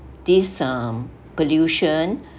this um pollution